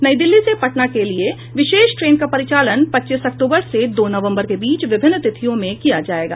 नई दिल्ली से पटना के लिए विशेष ट्रेन का परिचालन पच्चीस अक्तूबर से दो नवम्बर के बीच विभिन्न तिथियों में किया जाएगा